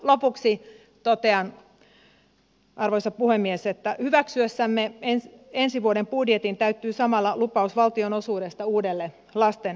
lopuksi totean arvoisa puhemies että hyväksyessämme ensi vuoden budjetin täyttyy samalla lupaus valtionosuudesta uudelle lastensairaalalle